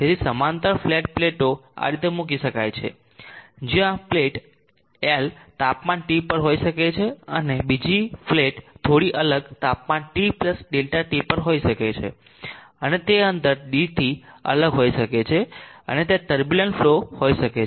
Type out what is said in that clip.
તેથી સમાંતર ફ્લેટ પ્લેટો આ રીતે મૂકી શકાય છે જ્યાં પ્લેટ 1 તાપમાન T પર હોઇ શકે છે અને બીજી પ્લેટ થોડી અલગ તાપમાન T ∆T પર હોઇ શકે છે અને તે અંતર d થી અલગ થઈ શકે છે અને ત્યાં ટર્બુલંટ ફલો હોઈ શકે છે